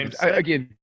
again